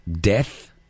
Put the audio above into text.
Death